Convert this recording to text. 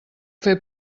fer